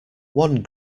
one